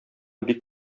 бик